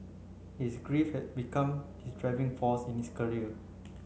his grief had become his driving force in his career